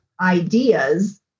ideas